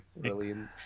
brilliant